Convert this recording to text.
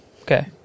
Okay